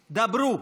דברו.